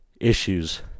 issues